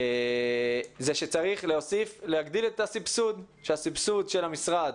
הוא שצריך להגדיל את סבסוד המשרד